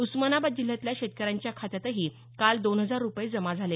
उस्मानाबाद जिल्ह्यातल्या शेतकऱ्यांच्या खात्यातही काल दोन हजार रुपये जमा झाले